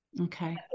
Okay